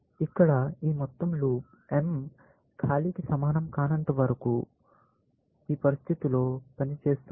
ఇక్కడ ఈ మొత్తం లూప్ m ఖాళీకి సమానం కానంతవరకు ఈ పరిస్థితిలో పనిచేస్తుంది